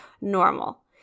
normal